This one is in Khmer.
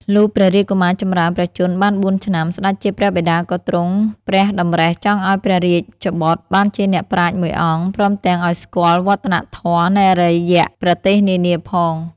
លុះព្រះរាជកុមារចម្រើនព្រះជន្មបាន ៤ ឆ្នាំ ស្ដេចជាព្រះបិតាក៏ទ្រង់ព្រះតម្រិះចង់ឲ្យព្រះរាជបុត្របានជាអ្នកប្រាជ្ញមួយអង្គ ព្រមទាំងឲ្យស្គាល់វឌ្ឍនធម៌នៃអារ្យប្រទេសនានាផង ។